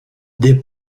des